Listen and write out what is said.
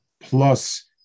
plus